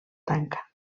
tanca